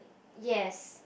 yes